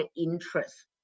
interest